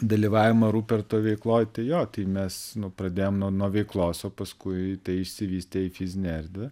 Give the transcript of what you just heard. dalyvavimą ruperto veikloj tai jo tai mes pradėjom nuo nuo veiklos o paskui tai išsivystė į fizinę erdvę